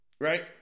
Right